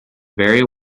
very